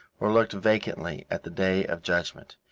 or looked vacantly at the day of judgement.